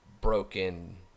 broken